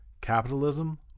Capitalism